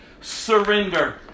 Surrender